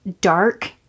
dark